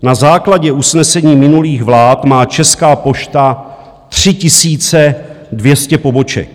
Na základě usnesení minulých vlád má Česká pošta 3 200 poboček.